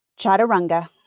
Chaturanga